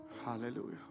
Hallelujah